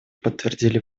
подтвердили